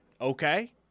okay